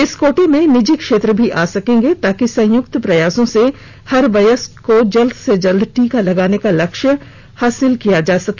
इस कोटे में निजी क्षेत्र भी आ सकेंगे ताकि संयुक्त प्रयासों से हर वयस्क को जल्द से जल्द टीका लगाने का लक्ष्य हासिल किया जा सके